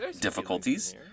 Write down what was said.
difficulties